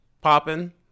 popping